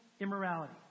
immorality